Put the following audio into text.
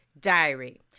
diary